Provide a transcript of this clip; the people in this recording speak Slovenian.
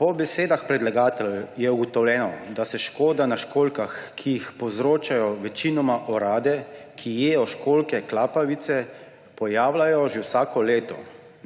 Po besedah predlagateljev je ugotovljeno, da se škoda na školjkah, ki jo povzročajo večinoma orade, ki jejo školjke klapavice, pojavlja že vsako leto.